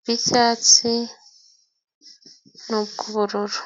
bw'icyatsi, n'ubw'ubururu.